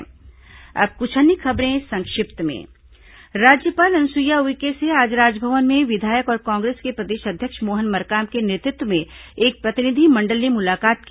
संक्षिप्त समाचार अब कुछ अन्य खबरें संक्षिप्त में राज्यपाल अनुसुईया उइके से आज राजभवन में विधायक और कांग्रेस के प्रदेश अध्यक्ष मोहन मरकाम के नेतृत्व में एक प्रतिनिधिमंडल ने मुलाकात की